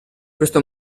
questo